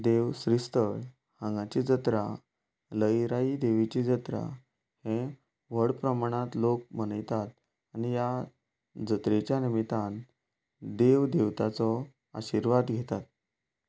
देव श्रीस्थळ ची जात्रा लयराईची देवीची जत्रा हे व्हड प्रमाणांत लोक मनयतात आनी ह्या जात्रेच्या निमित्यान देव देवतांचो आशिर्वाद दिता